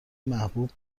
محبوب